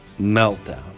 meltdown